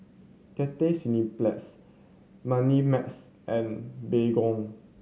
Cathay Cineplex Moneymax and Baygon